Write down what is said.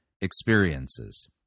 experiences